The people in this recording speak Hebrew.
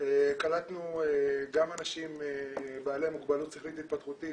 קלטנו גם אנשים בעלי מוגבלות שכלית התפתחותית